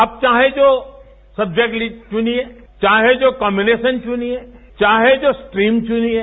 अब चाहे जो सब्जेक्ट चुनिये चाहे जो कम्युनेशन चुनिये चाहे जो स्ट्रीम चुनिये